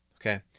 Okay